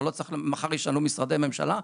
מחר ישאלו משרדי ממשלה.